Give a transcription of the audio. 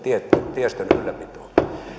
tiestön ylläpitoon